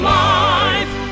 life